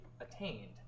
attained